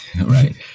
Right